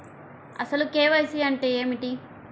అసలు కే.వై.సి అంటే ఏమిటి?